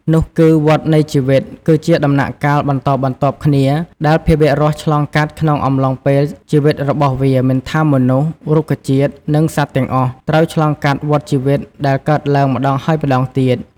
នោះគឺ "វដ្តនៃជីវិត" គឺជាដំណាក់កាលបន្តបន្ទាប់គ្នាដែលភាវៈរស់ឆ្លងកាត់ក្នុងអំឡុងពេលជីវិតរបស់វា មិនថា មនុស្ស រុក្ខជាតិ និងសត្វទាំងអស់ ត្រូវឆ្លងកាត់វដ្តជីវិត ដែលកើតឡើងម្ដងហើយម្ដងទៀត ។